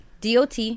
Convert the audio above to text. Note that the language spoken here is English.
DOT